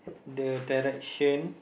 the directions